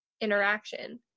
interaction